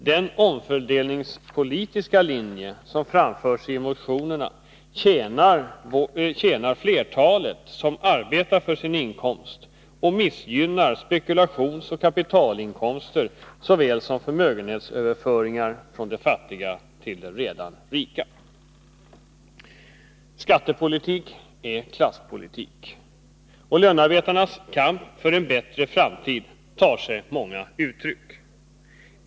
Den omfördelningspolitiska linje som framförs i motionerna tjänar flertalet som arbetar för sin inkomst och är ogynnsam för spekulationsoch kapitalinkomster liksom förmögenhetsöverföringar från de fattiga till de redan rika. Skattepolitik är klasspolitik, och lönarbetarnas kamp för en bättre framtid tar sig många uttryck.